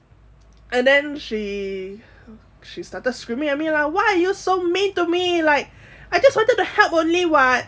and then she she started screaming at me lah why are you so mean to me like I just wanted to help only [what]